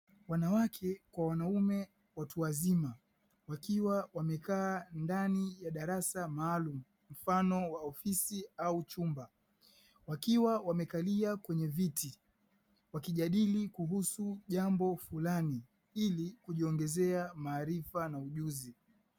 Wanawake kwa wanaume watu wazima, wakiwa wamekaa ndani ya darasa maalumu, mfano wa ofisi au chumba, wakiwa wamekalia kwenye viti. Wakijadili kuhusu jambo fulani ili kujiongezea maarifa na ujuzi.